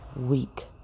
week